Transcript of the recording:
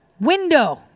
window